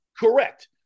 Correct